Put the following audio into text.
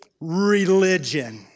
Religion